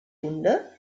hunde